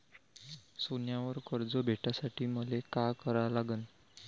सोन्यावर कर्ज भेटासाठी मले का करा लागन?